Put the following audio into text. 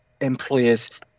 employers